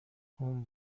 اون